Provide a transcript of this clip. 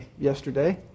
yesterday